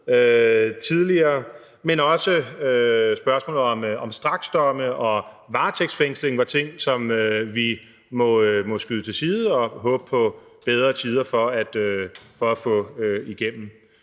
men også spørgsmålet om straksdomme og varetægtsfængsling var ting, som vi måtte skyde til side og håbe på bedre tider for at få igennem.